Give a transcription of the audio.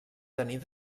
tenir